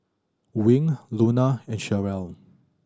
Wing Luna and Cherelle